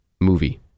movie